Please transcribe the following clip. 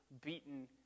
beaten